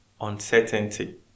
uncertainty